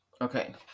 Okay